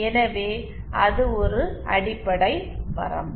எனவே அது ஒரு அடிப்படை வரம்பு